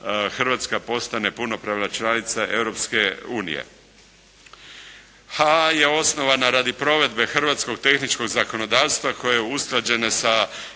Hrvatska postane punopravna članica Europske unije. HAA je osnovana radi provedbe hrvatskog tehničkog zakonodavstva koje je usklađeno sa